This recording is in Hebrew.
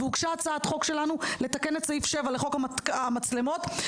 הוגשה הצעת חוק שלנו לתקן את סעיף 7 לחוק המצלמות כך